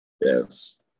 Yes